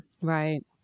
Right